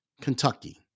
Kentucky